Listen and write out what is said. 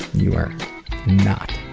you are not